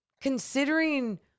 considering